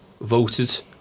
voted